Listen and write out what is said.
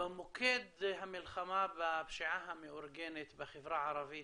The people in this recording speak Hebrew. במוקד המלחמה בפשיעה המאורגנת בחברה הערבית